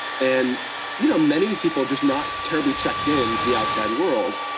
and you know many of these people just not terribly checked in to the outside world.